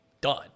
done